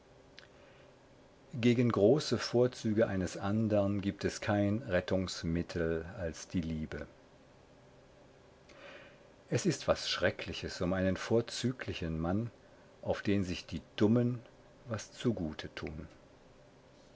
gegen große vorzüge eines andern gibt es kein rettungsmittel als die liebe es ist was schreckliches um einen vorzüglichen mann auf den sich die dummen was zugute tun